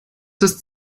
ist